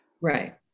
right